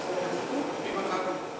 מי מחק אותי?